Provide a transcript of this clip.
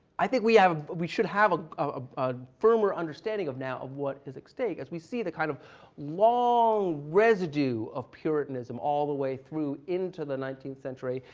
i think we have we should have a ah firmer understanding now of what is at stake as we see the kind of long residue of puritanism all the way through into the nineteenth century,